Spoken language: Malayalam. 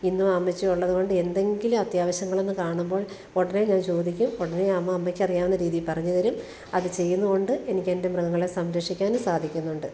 ഇന്നും ആ അമ്മച്ചി ഉള്ളതുകൊണ്ട് എന്തെങ്കിലും അത്യാവശ്യങ്ങളെന്ന് കാണുമ്പോൾ ഉടനെ ഞാന് ചോദിക്കും ഉടനെ അമ്മ അമ്മയ്ക്ക് അറിയാവുന്ന രീതിയിൽ പറഞ്ഞുതരും അത് ചെയ്യുന്നത് കൊണ്ട് എനിക്കെന്റെ മൃഗങ്ങളെ സംരക്ഷിക്കാനും സാധിക്കുന്നുണ്ട്